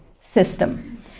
system